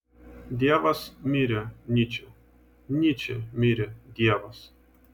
dievas mirė nyčė nyčė mirė dievas